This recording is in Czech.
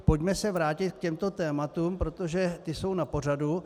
Pojďme se vrátit k těmto tématům, protože ta jsou na pořadu.